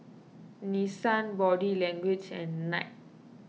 Nissan Body Language and Knight